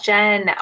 Jen